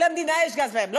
למדינה יש גז בים.